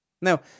Now